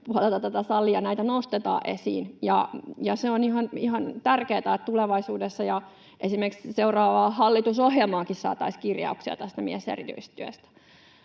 tätä salia esiin, ja se on ihan tärkeätä, että tulevaisuudessa ja esimerkiksi seuraavaan hallitusohjelmaankin saataisiin kirjauksia tästä mieserityistyöstä.